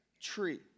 tree